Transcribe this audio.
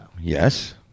Yes